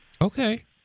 Okay